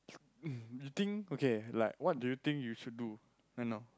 mm you think okay like what do you think you should do right now